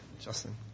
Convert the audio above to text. Justin